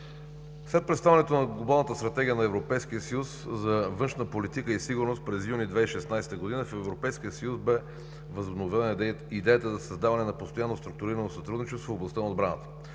След представянето на Глобалната стратегия на Европейския съюз за външна политика и сигурност през юни 2016 г. в Европейския съюз бе възобновена идеята за създаване на Постоянно структурирано сътрудничество в областта на отбраната.